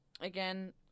again